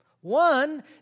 One